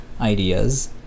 ideas